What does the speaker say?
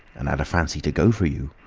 and had a fancy to go for you?